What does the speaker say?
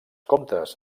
comtes